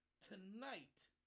tonight